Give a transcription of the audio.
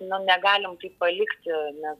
nu negalim taip palikti nes